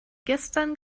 gestern